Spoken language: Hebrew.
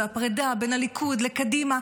והפרידה בין הליכוד לקדימה,